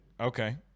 Okay